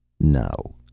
no.